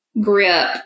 grip